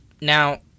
Now